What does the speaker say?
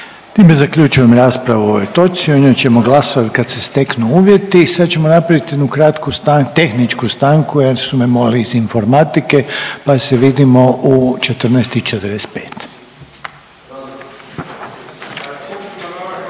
Time zaključujem raspravu o ovoj točci, o njoj ćemo glasati kad se steknu uvjeti. Sad ćemo napraviti jednu kratku tehničku stanku jer su me molili iz informatike pa se vidimo u 14,45.